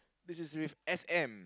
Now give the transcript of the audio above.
this is with S M